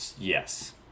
yes